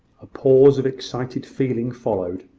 a pause of excited feeling followed,